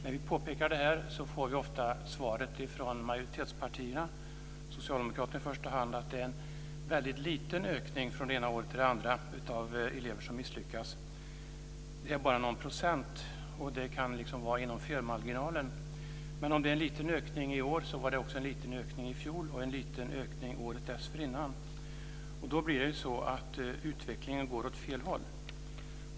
När vi påpekar detta får vi ofta svaret från majoritetspartierna, i första hand Socialdemokraterna, att det är en väldigt liten ökning från det ena året till det andra av andelen elever som misslyckas. Det är bara någon procent och det kan vara inom felmarginalen, heter det. Men om det är en liten ökning i år var det också en liten ökning i fjol och en liten ökning året dessförinnan, och då går utvecklingen åt fel håll.